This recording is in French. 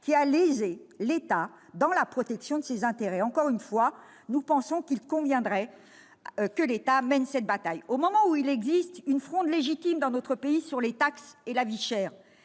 qui a lésé l'État dans la protection de ses intérêts. Encore une fois, nous pensons qu'il conviendrait que l'État mène cette bataille. Au moment où il existe une fronde légitime dans notre pays sur les taxes et la vie chère,